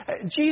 Jesus